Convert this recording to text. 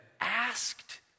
asked